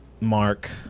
mark